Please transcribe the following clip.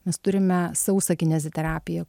mes turime sausą kineziterapiją